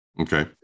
Okay